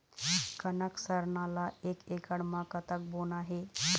कनक सरना ला एक एकड़ म कतक बोना हे?